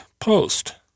post